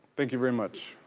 thank you very much.